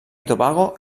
tobago